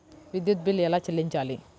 విద్యుత్ బిల్ ఎలా చెల్లించాలి?